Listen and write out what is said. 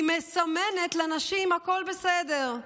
היא מסמנת לנשים: הכול בסדר.